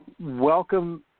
welcome